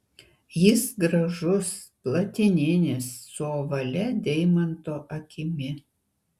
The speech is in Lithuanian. jis gražus platininis su ovalia deimanto akimi